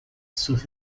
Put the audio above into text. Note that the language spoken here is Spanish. sus